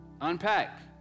Unpack